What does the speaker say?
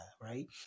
right